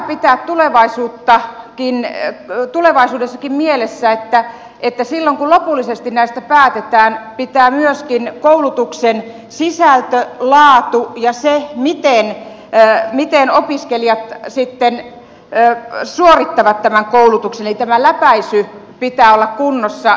on hyvä pitää tulevaisuudessakin mielessä että silloin kun lopullisesti näistä päätetään pitää myöskin koulutuksen sisällön laadun ja sen miten opiskelijat sitten suorittavat tämän koulutuksen eli tämän läpäisyn olla kunnossa